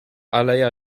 aleja